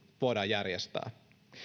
voidaan järjestää